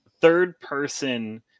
third-person